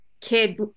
kid